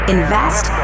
Invest